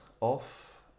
off